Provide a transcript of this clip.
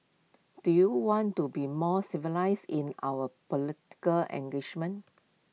do you want to be more civilised in our political